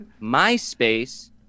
MySpace